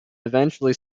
eventually